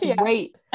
wait